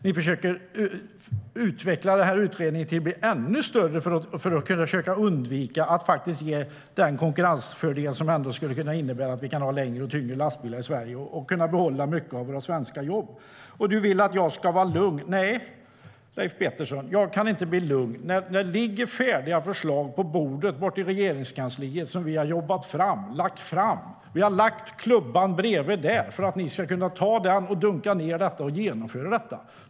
Ni försöker utveckla utredningen så att den blir ännu större för att försöka undvika att ge den konkurrensfördel som längre och tyngre lastbilar i Sverige ändå skulle kunna innebära. Då skulle vi kunna behålla många av våra svenska jobb. Du vill att jag ska vara lugn, Leif Pettersson. Nej, jag kan inte bli lugn. Det ligger färdiga förslag på bordet borta på Regeringskansliet, som vi har jobbat fram och lagt fram. Vi har lagt klubban bredvid för att ni ska kunna ta den, dunka ned den och genomföra detta.